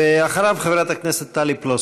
ואחריו, חברת הכנסת טלי פלוסקוב.